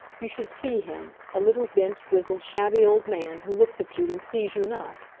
you should see him a little, bent, grizzled, shabby old man who looks at you, and sees you not.